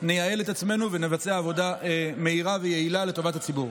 נייעל את עצמנו ונבצע עבודה מהירה ויעילה לטובת הציבור.